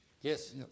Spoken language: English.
Yes